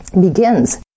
begins